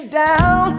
down